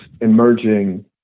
emerging